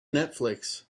netflix